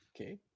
Okay